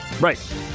Right